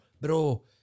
bro